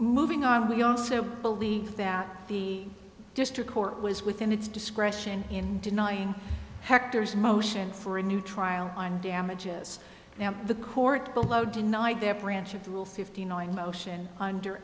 moving on we also believe that the district court was within its discretion in denying hector's motion for a new trial on damages now the court below denied their branch of the rule fifty nine motion under